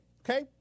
okay